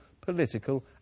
political